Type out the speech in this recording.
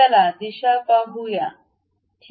चला दिशा पाहूया ठीक आहे